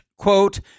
quote